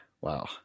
Wow